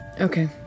Okay